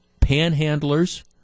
panhandlers